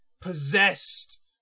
possessed